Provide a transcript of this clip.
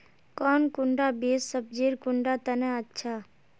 कौन कुंडा बीस सब्जिर कुंडा तने अच्छा?